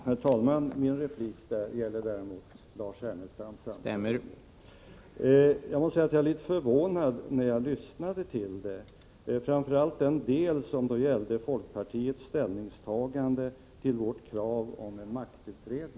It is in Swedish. Herr talman! Jag blev litet förvånad när jag lyssnade till Lars Ernestams anförande, framför allt den del som gällde folkpartiets ställningstagande till vårt krav på en maktutredning.